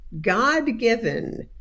god-given